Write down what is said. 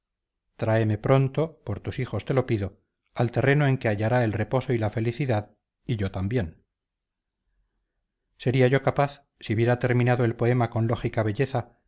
tráemele pronto por tus hijos te lo pido al terreno en que hallará el reposo y la felicidad y yo también sería yo capaz si viera terminado el poema con lógica belleza